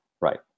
Right